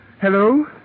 Hello